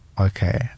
okay